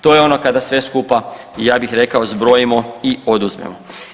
To je ono kada sve skupa ja bih rekao zbrojimo i oduzmemo.